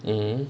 mm